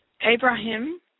Abraham